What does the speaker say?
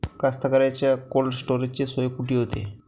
कास्तकाराइच्या कोल्ड स्टोरेजची सोय कुटी होते?